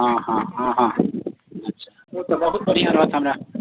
हँ हँ हँ हँ अच्छा ओ तऽ बहुत बढ़िआँ रहत हमरा